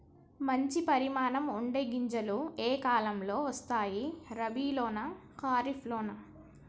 మంచి పరిమాణం ఉండే గింజలు ఏ కాలం లో వస్తాయి? రబీ లోనా? ఖరీఫ్ లోనా?